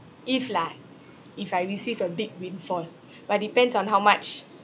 if lah if I receive a big windfall but depends on how much